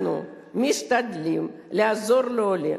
אנחנו משתדלים לעזור לעולה.